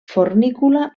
fornícula